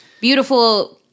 beautiful